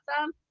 awesome